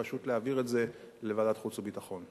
פשוט להעביר את זה לוועדת חוץ וביטחון.